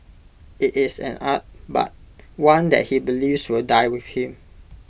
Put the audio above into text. IT is an art but one that he believes will die with him